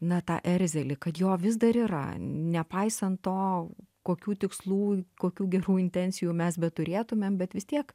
na tą erzelį kad jo vis dar yra nepaisant to kokių tikslų kokių gerų intencijų mes beturėtumėm bet vis tiek